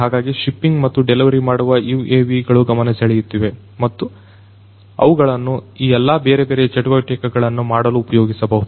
ಹಾಗಾಗಿ ಶಿಪ್ಪಿಂಗ್ ಮತ್ತು ಡೆಲಿವರಿ ಮಾಡುವ UAV ಗಳು ಗಮನಸೆಳೆಯುತ್ತಿವೆ ಮತ್ತು ಅವುಗಳನ್ನು ಈ ಎಲ್ಲಾ ಬೇರೆಬೇರೆ ಚಟುವಟಿಕೆಗಳನ್ನು ಮಾಡಲು ಉಪಯೋಗಿಸಬಹುದು